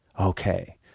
Okay